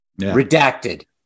redacted